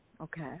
Okay